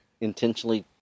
intentionally